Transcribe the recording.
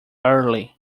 early